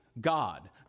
God